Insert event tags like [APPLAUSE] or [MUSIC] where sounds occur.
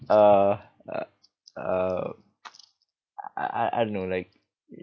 uh uh uh [NOISE] I I I don't know like